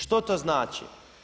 Što to znači?